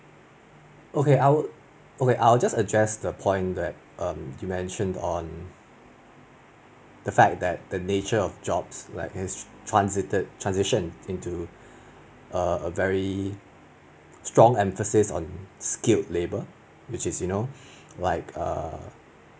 okay I will okay I will just address the point that um you mentioned on the fact that the nature of jobs like ins~ transited transition into err a very strong emphasis on skilled labour which is you know like err